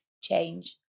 change